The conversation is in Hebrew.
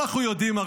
אנחנו הרי יודעים,